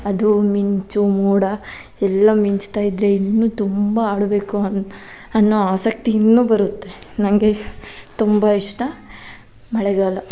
ಅದು ಮಿಂಚು ಮೋಡ ಎಲ್ಲ ಮಿಂಚ್ತಾಯಿದ್ದರೆ ಇನ್ನು ತುಂಬ ಆಡಬೇಕು ಅನ್ ಅನ್ನೋ ಆಸಕ್ತಿ ಇನ್ನೂ ಬರುತ್ತೆ ನನಗೆ ತುಂಬ ಇಷ್ಟ ಮಳೆಗಾಲ